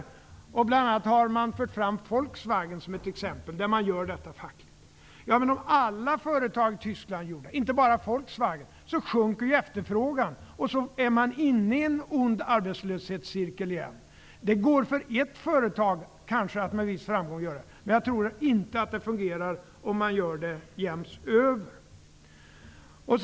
Man har bl.a. fört fram Volkswagen som ett exempel på hur man gör detta rent fackligt. Om alla företag i Tyskland gjorde på samma sätt, inte bara Volkswagen, sjunker ju efterfrågan. Sedan är man inne i en ond arbetslöshetscirkel igen. Det går kanske för ett företag att nå viss framgång, men jag tror inte att det fungerar om man gör det över hela linjen.